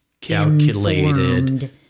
calculated